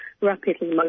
rapidly